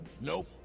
Nope